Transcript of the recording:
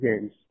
Games